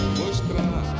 mostrar